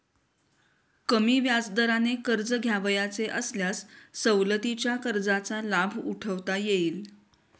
कमी व्याजदराने कर्ज घ्यावयाचे असल्यास सवलतीच्या कर्जाचा लाभ उठवता येईल